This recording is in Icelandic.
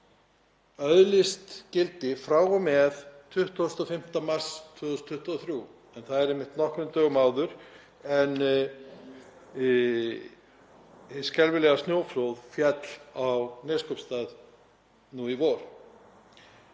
öðlist gildi frá og með 25. mars 2023 en það er einmitt nokkrum dögum áður en hið skelfilega snjóflóð féll á Neskaupstað nú í vor.